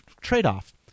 trade-off